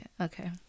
Okay